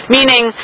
Meaning